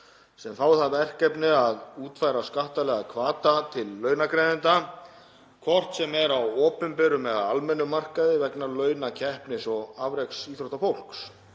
sem fái það verkefni að útfæra skattalega hvata til launagreiðenda hvort sem er á opinberum eða almennum markaði vegna launa keppnis- og afreksíþróttafólks.